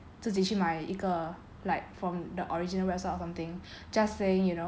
自己去买一个 like from the original website or something just saying you know